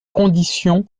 condition